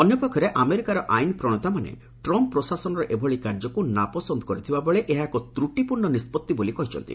ଅନ୍ୟପକ୍ଷରେ ଆମେରିକାର ଆଇନ ପ୍ରଣେତାମାନେ ଟ୍ରମ୍ପ୍ ପ୍ରଶାସନର ଏଭଳି କାର୍ଯ୍ୟକୁ ନାପସନ୍ଦ କରିଥିବା ବେଳେ ଏହା ଏକ ତ୍ରଟିପୂର୍ଣ୍ଣ ନିଷ୍ପଭି ବୋଲି କହିଛନ୍ତି